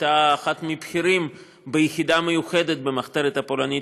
הייתה אחת מהבכירים ביחידה מיוחדת במחתרת הפולנית,